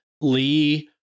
Lee